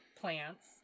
plants